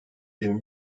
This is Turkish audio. yirmi